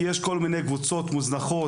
יש כל מיני קבוצות מוזנחות,